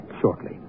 shortly